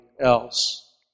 else